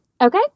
okay